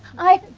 i,